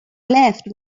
left